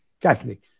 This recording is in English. Catholics